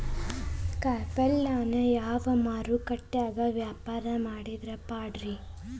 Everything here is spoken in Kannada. ಕಾಯಿಪಲ್ಯನ ಯಾವ ಮಾರುಕಟ್ಯಾಗ ವ್ಯಾಪಾರ ಮಾಡಿದ್ರ ಪಾಡ್ರೇ?